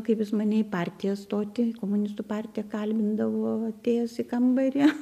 kaip jis mane į partiją stoti komunistų partiją kalbindavo atėjęs į kambarį